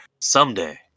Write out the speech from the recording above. Someday